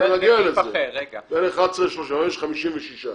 יש 56,